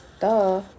Duh